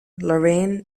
lorraine